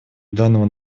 данного